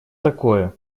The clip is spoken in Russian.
такое